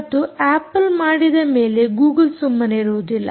ಮತ್ತು ಆಪಲ್ ಮಾಡಿದಮೇಲೆ ಗೂಗುಲ್ ಸುಮ್ಮನೆ ಇರುವುದಿಲ್ಲ